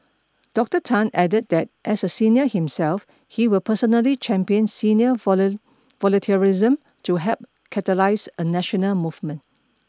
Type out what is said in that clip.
Doctor Tan added that as a senior himself he will personally champion senior volunteerism to help catalyse a national movement